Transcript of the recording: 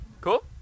Cool